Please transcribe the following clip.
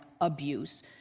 abuse